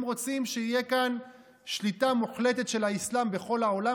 הם רוצים שתהיה כאן שליטה מוחלטת של האסלאם בכל העולם,